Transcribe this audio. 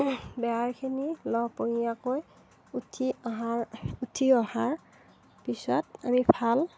বেহাৰ খিনি লহপহীয়াকৈ উঠি অহাৰ উঠি অহাৰ পিছত আমি ভাল